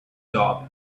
job